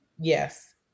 yes